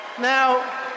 Now